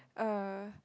uh